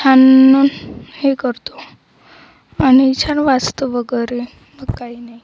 छान हे करतो आणि छान वाचतो वगैरे मग काही नाही